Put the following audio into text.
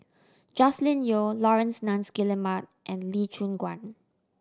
Joscelin Yeo Laurence Nunns Guillemard and Lee Choon Guan